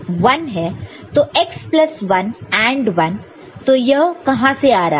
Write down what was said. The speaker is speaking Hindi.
तो x प्लस 1 AND 1 तो यह कहां से आ रहा है